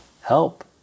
help